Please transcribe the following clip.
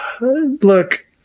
look